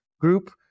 group